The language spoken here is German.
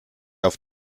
auf